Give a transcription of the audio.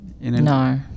No